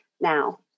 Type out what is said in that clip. now